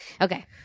Okay